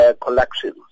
collections